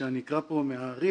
שאני אקרא פה מה-RIA,